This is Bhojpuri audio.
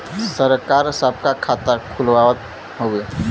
सरकार सबका खाता खुलवावत हउवे